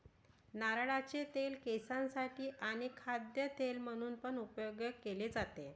नारळाचे तेल केसांसाठी आणी खाद्य तेल म्हणून पण उपयोग केले जातो